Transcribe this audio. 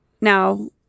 Now